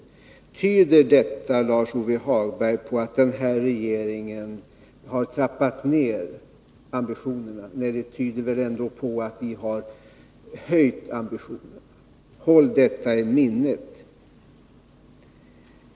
Tyder detta, Lars-Ove Hagberg, på att regeringen har trappat ner ambitionerna? Det tyder väl ändå på att vi har höjt ambitionerna. Håll detta i minnet!